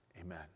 Amen